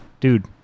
dude